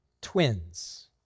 twins